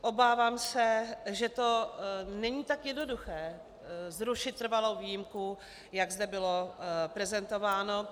Obávám se, že není tak jednoduché zrušit trvalou výjimku, jak zde bylo prezentováno.